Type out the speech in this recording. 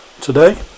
today